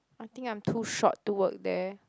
I think I'm too short to work there